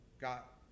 got